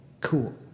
cool